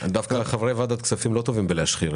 דווקא חברי ועדת כספים לא טובים בלהשחיר.